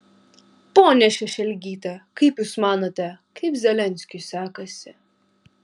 ponia šešelgyte kaip jūs manote kaip zelenskiui sekasi